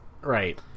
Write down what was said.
Right